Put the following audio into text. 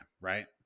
right